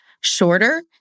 shorter